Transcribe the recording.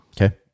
Okay